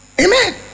Amen